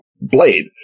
blade